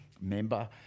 member